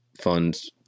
funds